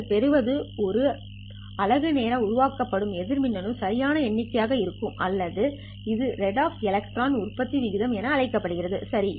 நீங்கள் பெறுவது ஒரு அலகு நேரம் உருவாக்கப்படும் எதிர் மின்னணு சராசரி எண்ணிக்கையாக இருக்கும் அல்லது இது ரேட் ஆப் எலக்ட்ரான் உற்பத்தி விகிதம் என அழைக்கப்படுகிறது சரி